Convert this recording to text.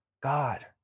God